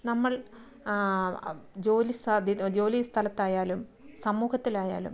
നമ്മൾ ജോലി സാധ്യത ജോലി സ്ഥലത്തായാലും സമൂഹത്തിലായാലും